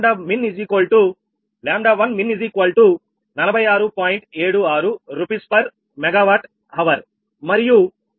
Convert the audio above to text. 76 𝑅s MWℎ𝑟 మరియు 𝜆1𝑚ax73